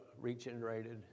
regenerated